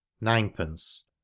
ninepence